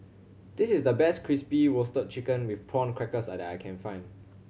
this is the best Crispy Roasted Chicken with Prawn Crackers that I can find